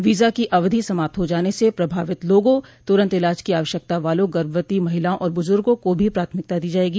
visa की अवधि समाप्त हो जाने से प्रभावित लोगों तुरंत इलाज की आवश्यकता वालों गर्भवती महिलाओं और बुजुर्गों को भी प्राथमिकता दी जायेगी